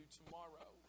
tomorrow